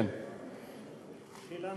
שאלה